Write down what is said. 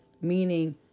meaning